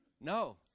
No